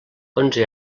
onze